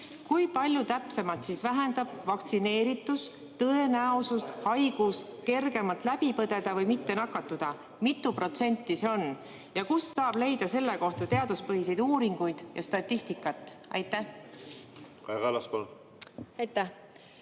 kui palju täpselt vähendab vaktsineeritus tõenäosust haigus kergemalt läbi põdeda või mitte nakatuda. Mitu protsenti see on ja kust saab leida selle kohta teaduspõhiseid uuringuid ja statistikat? Aitäh,